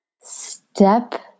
Step